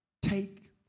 Take